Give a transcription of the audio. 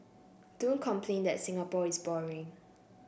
don't complain that Singapore is boring